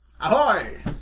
Ahoy